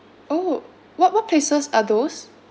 oh what what places are those